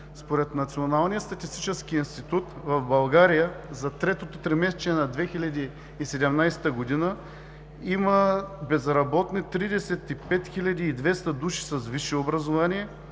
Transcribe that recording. Според Националния статистически институт в България за третото тримесечие на 2017 г. има безработни 35 200 души с висше образование,